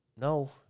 no